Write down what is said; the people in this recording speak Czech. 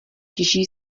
těží